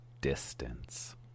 distance